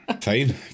Fine